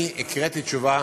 אני הקראתי תשובה,